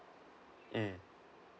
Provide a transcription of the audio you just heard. mm